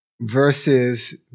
versus